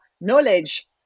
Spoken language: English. knowledge